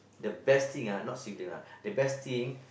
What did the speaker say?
the best thing ah not sibling ah the best thing